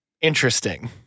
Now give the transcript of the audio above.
interesting